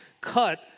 cut